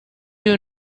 you